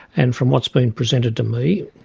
and from what's been presented to me,